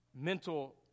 mental